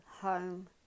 home